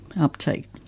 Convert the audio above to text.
uptake